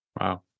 Wow